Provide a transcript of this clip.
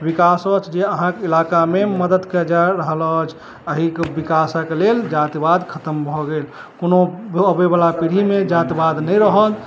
विकास अछि जे अहाँक इलाकामे मदद करय जा रहल अछि एहिके विकासक लेल जातिवाद खत्म भऽ गेल कोनो अबै बला पीढ़ीमे जातिवाद नहि रहल